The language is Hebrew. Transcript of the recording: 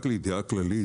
רק לידיעה כללית.